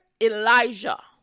Elijah